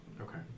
Okay